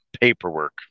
paperwork